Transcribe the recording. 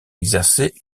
exercé